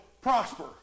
prosper